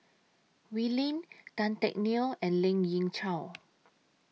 Wee Lin Tan Teck Neo and Lien Ying Chow